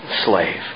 slave